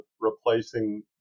replacing